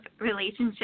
relationship